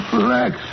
relax